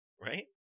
Right